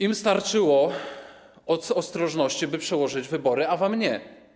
Im starczyło ostrożności, by przełożyć wybory, a wam nie.